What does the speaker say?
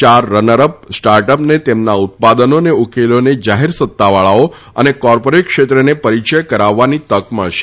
ચાર રનરઅપ સ્ટાર્ટઅપને તેમના ઉત્પાદનો અને ઉકેલોને જાહેર સત્તાવાળાઓ અને કોર્પોરેટ ક્ષેત્રને પરિચય કરાવવાની તક મળશે